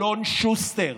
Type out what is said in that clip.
אלון שוסטר,